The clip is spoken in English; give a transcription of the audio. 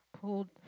pulled